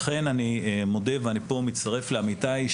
לכן אני מצטרף לעמיתיי,